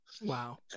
Wow